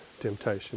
temptation